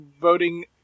voting